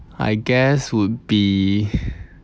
I guess would be